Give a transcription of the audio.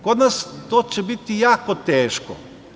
Kod nas će to biti jako teško.